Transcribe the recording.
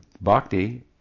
bhakti